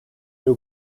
new